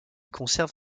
conserve